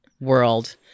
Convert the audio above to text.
world